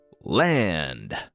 Land